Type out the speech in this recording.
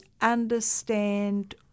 understand